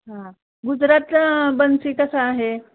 हां गुजरात बन्सी कसा आहे